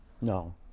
No